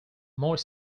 more